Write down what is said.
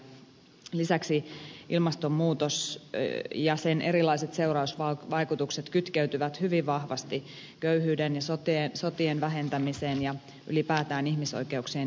lisäksi ilmastonmuutos ja sen erilaiset seurausvaikutukset kytkeytyvät hyvin vahvasti köyhyyden ja sotien vähentämiseen ja ylipäätään ihmisoikeuksien edistämiseen maailmalla